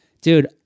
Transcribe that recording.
Dude